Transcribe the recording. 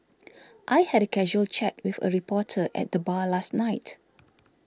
I had a casual chat with a reporter at the bar last night